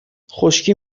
خشکی